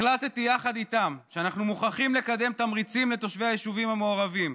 החלטתי יחד איתם שאנחנו מוכרחים לקדם תמריצים לתושבי היישובים המעורבים,